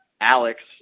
Alex